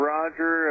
Roger